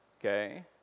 okay